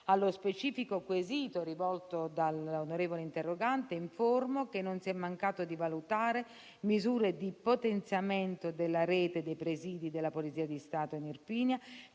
allo specifico quesito rivolto dall'onorevole interrogante, informo che non si è mancato di valutare misure di potenziamento della rete di presidi della Polizia di Stato in Irpinia,